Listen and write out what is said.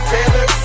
Taylor